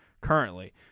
currently